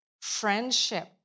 Friendship